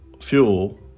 fuel